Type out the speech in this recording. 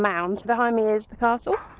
mound. behind me is the castle.